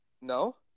No